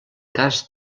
cas